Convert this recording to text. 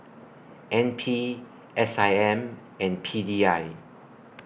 N P S I M and P D I